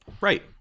right